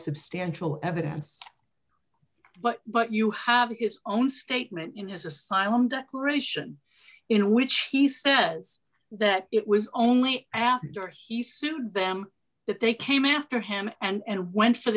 substantial evidence but but you have his own statement in his asylum declaration in which he says that it was only after he sued them that they came after him and went for